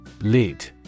LID